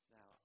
Now